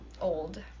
old